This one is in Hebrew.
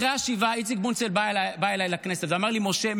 אחרי השבעה איציק בונצל בא אליי לכנסת ואמר לי: משה,